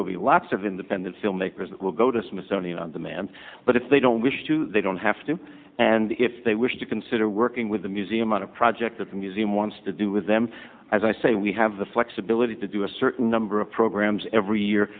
will be lots of independent filmmakers that will go to smithsonian on demand but if they don't wish to they don't have to and if they wish to consider working with the museum on a project at the museum wants to do with them as i say we have the flexibility to do a certain number of programs every year